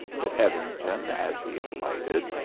said hetherington as he alighted.